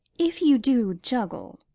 if you do juggle,